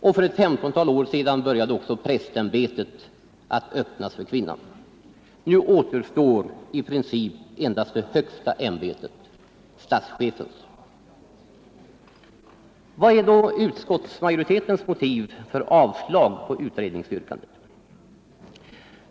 För ett femtontal år sedan började också prästämbetet att öppnas för kvinnan. Nu återstår i princip endast det högsta ämbetet — statschefens. Vad är då utskottsmajoritetens motiv för avslag på utredningsyrkandet?